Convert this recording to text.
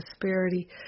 prosperity